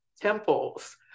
temples